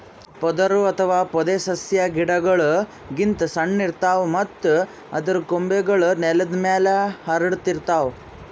ಪೊದರು ಅಥವಾ ಪೊದೆಸಸ್ಯಾ ಗಿಡಗೋಳ್ ಗಿಂತ್ ಸಣ್ಣು ಇರ್ತವ್ ಮತ್ತ್ ಅದರ್ ಕೊಂಬೆಗೂಳ್ ನೆಲದ್ ಮ್ಯಾಲ್ ಹರ್ಡಿರ್ತವ್